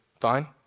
Fine